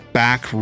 back